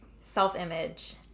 self-image